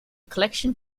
collection